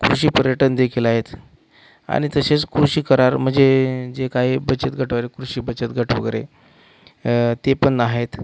कृषिपर्यटन देखील आहेत आणि तसेच कृषी करार म्हणजे जे काय बचतगट वर कृषी बचत गट वगैरे ते पण आहेत